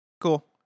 cool